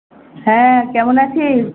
হ্যাঁ কেমন আছিস